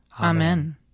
Amen